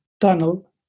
tunnel